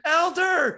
elder